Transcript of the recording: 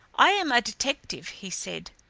i am a detective, he said,